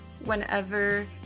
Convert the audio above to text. whenever